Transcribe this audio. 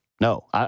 No